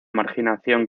marginación